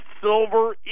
Silver